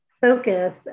focus